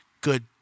Good